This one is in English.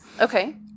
okay